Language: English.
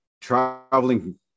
traveling